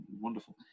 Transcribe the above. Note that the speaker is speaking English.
wonderful